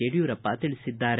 ಯಡಿಯೂರಪ್ಪ ತಿಳಿಸಿದ್ದಾರೆ